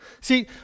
See